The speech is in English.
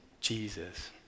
Jesus